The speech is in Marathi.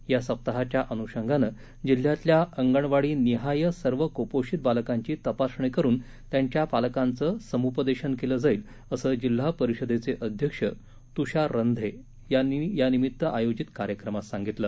या सप्ताहाच्या अनुषंगानं जिल्ह्यातल्या अंगणवाडीनिहाय सर्व कुपोषित बालकांची तपासणी करुन त्यांच्या पालकांचं समुपदेशन केलं जाईल असं जिल्हा परिषदेचे अध्यक्ष तुषार रंधे यानिमित्त आयोजित कार्यक्रमात सांगितलं